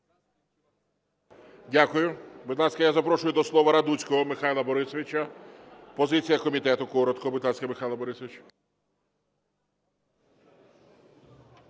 Дякую. Будь ласка, я запрошую до слова Радуцького Михайла Борисовича, позиція комітету, коротко. Будь ласка, Михайло Борисович.